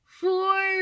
Four